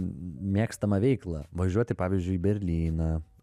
mėgstamą veiklą važiuoti pavyzdžiui į berlyną